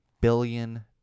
billion